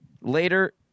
later